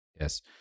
yes